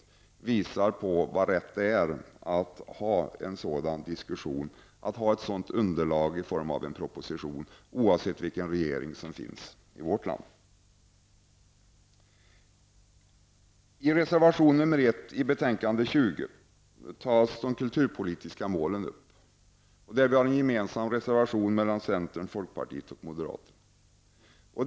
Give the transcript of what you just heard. Den visar hur riktigt det vore att ha en sådan diskussion på grundval av ett förslag till en treårsbudget, oavsett vilken regering som sitter. I reservation 1 till betänkande nr 20 tas frågan om de kulturpolitiska målen upp. Den reservationen är gemensam för centern, folkpartiet och moderaterna.